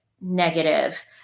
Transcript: negative